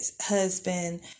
husband